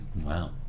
Wow